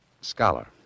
scholar